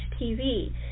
TV